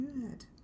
Good